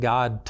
God